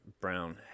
Brown